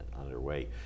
underway